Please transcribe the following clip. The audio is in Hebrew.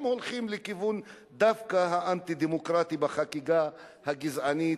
הם הולכים דווקא לכיוון האנטי-דמוקרטי בחקיקה הגזענית,